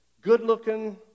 good-looking